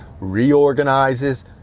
reorganizes